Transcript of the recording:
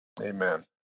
Amen